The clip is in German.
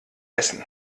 essen